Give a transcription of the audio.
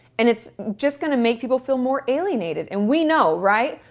and it's just going to make people feel more alienated. and we know, right?